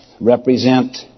represent